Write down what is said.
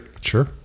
Sure